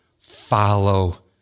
follow